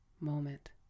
moment